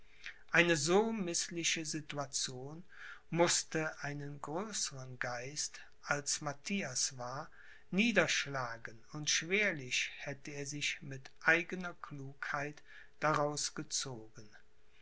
eine so mißliche situation mußte einen größeren geist als matthias war niederschlagen und schwerlich hätte er sich mit eigener klugheit daraus gezogen